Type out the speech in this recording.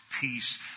peace